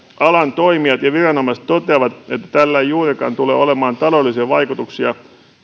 alan toimijat ja viranomaiset toteavat että tällä ei juurikaan tule olemaan taloudellisia vaikutuksia